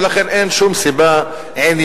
ולכן אין שום סיבה עניינית,